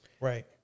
right